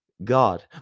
God